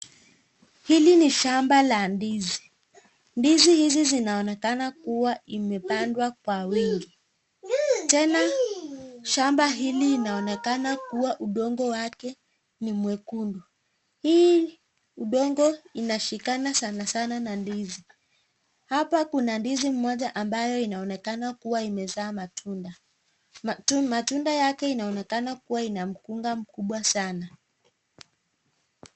Hili ni shamba la ndizi. Ndizi hizi zinaonekana kuwa imepandwa kwa wingi. Tena shamba hili inaonekana kuwa udongo wake ni mwekundu. Hii udongo inashikana sanasana na ndizi. Hapa kuna ndizi moja ambayo inaonekana kuwa imezaa matunda, matunda yake inaonekana kuwa ina mkunga mkubwa sana.